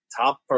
top